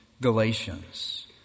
Galatians